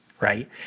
right